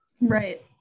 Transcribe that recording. right